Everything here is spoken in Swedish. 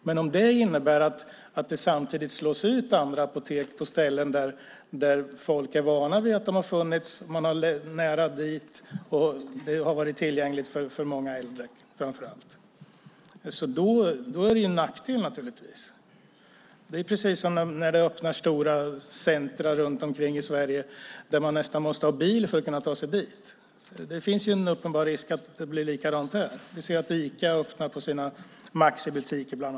Men om det innebär att andra apotek samtidigt slås ut på ställen nära människor där de är vana vid att de har funnits - det gäller framför allt många äldre människor - är det naturligtvis en nackdel. På samma sätt är det när stora centrum öppnar runt om i Sverige och det nästan behövs bil för att ta sig dit. Det finns en uppenbar risk att det blir likadant i detta sammanhang. Vi ser att Ica öppnar bland annat sina Maxibutiker.